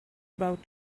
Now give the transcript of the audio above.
about